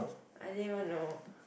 I didn't even know